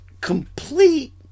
complete